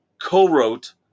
co-wrote